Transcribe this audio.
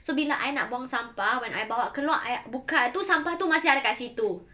so bila I nak buang sampah when I bawa keluar I buka tu sampah tu masih ada kat situ